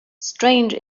strange